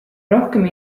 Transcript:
rohkem